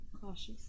cautious